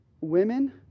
women